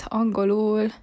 angolul